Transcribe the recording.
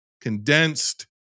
condensed